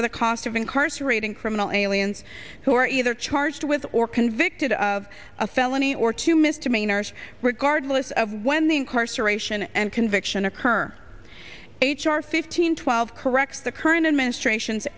for the cost of incarcerating criminal aliens who are either charged with or convicted of a felony or two misdemeanors regardless of when the incarceration and conviction occur h r fifteen twelve corrects the current administration's